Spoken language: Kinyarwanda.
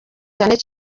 cyane